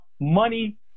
money